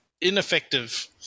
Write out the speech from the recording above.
ineffective